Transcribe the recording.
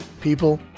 people